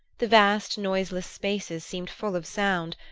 the vast noiseless spaces seemed full of sound,